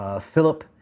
Philip